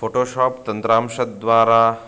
Photoshop तन्त्रांशद्वारा